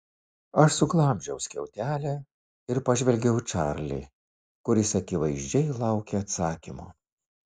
aš suglamžiau skiautelę ir pažvelgiau į čarlį kuris akivaizdžiai laukė atsakymo